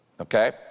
Okay